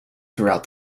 throughout